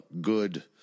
good